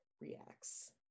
reacts